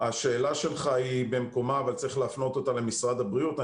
השאלה שלך היא במקומה אבל צריך להפנות אותה למשרד הבריאות.